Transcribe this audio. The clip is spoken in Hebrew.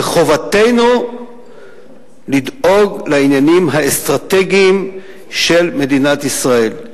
וחובתנו לדאוג לעניינים האסטרטגיים של מדינת ישראל,